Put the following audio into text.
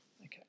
okay